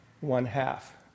one-half